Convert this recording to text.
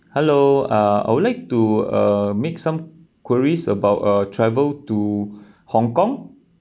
hello uh I would like to uh make some queries about uh travel to hong kong